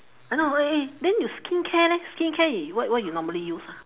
I know eh eh then you skincare leh skincare y~ wh~ what you normally use ah